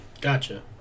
Gotcha